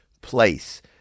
place